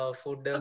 food